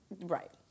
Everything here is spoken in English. Right